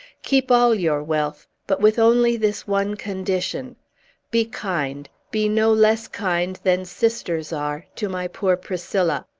keep all your wealth, but with only this one condition be kind be no less kind than sisters are to my poor priscilla!